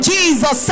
Jesus